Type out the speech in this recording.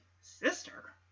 sister